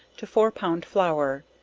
to four pound flour,